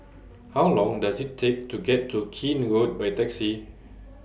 How Long Does IT Take to get to Keene Road By Taxi